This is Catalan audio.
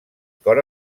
cor